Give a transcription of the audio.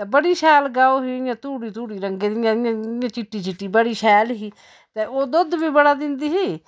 बड़ी शैल गौ ही इ'यां धुड़ी धुड़ी रंगे दी इ'यां चिट्टी चिट्टी बड़ी शैल ही ते ओह् दुद्ध बी बड़ा दिंदी ही